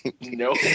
No